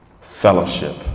fellowship